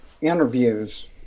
interviews